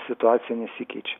situacija nesikeičia